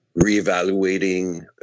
reevaluating